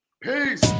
Peace